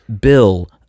bill